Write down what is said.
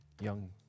young